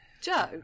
Joe